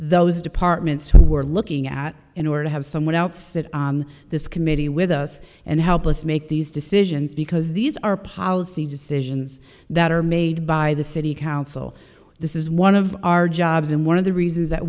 those departments who were looking at in order to have someone else sit on this committee with us and help us make these decisions because these are policy decisions that are made by the city council this is one of our jobs and one of the reasons that